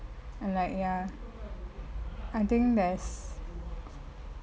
I'm like ya I think there's